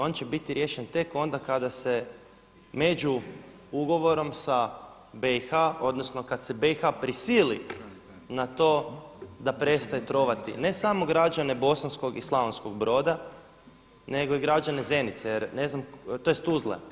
On će biti riješen tek onda kada se među ugovorom sa BiH, odnosno kad se BiH prisili na to da prestaje trovati ne samo građane Bosanskog i Slavonskog Broda, nego i građane Zenice, tj. Tuzle.